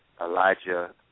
Elijah